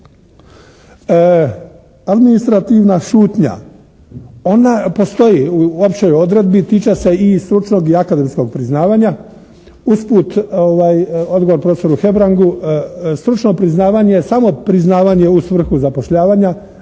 Administrativna šutnja. Ona postoji u općoj odredbi. Tiče se i stručnog i akademskog priznavanja. Usput odgovor profesoru Hebrangu. Stručno priznavanje je samo priznavanje u svrhu priznavanja,